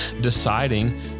deciding